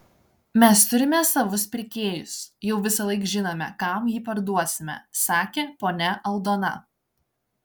mes turime savus pirkėjus jau visąlaik žinome kam jį parduosime sakė ponia aldona